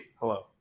Hello